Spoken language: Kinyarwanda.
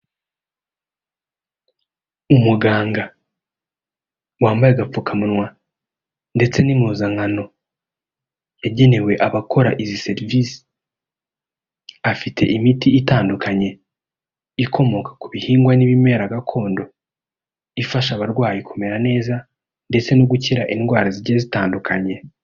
Umuganga wambaye agapfukamunwa, ndetse n'impuzankano, yagenewe abakora izi serivisi. Afite imiti itandukanye, ikomoka ku bihingwa n'ibimera gakondo. Ifasha abarwayi kumera neza, ndetse no gukira indwara zigiye zitandukanye.